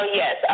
yes